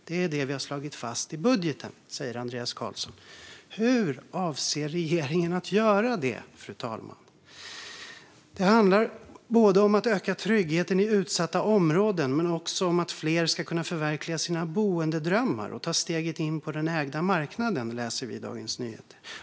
Det är det vi har slagit fast i budgeten." Så säger Andreas Carlson. Hur avser regeringen att göra det, fru talman? "Det handlar både om att öka tryggheten i utsatta områden men också om att fler ska kunna förverkliga sina boendedrömmar och ta steget in på den ägda marknaden", läser vi vidare i Dagens Nyheter.